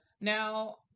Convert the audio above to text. now